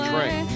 Train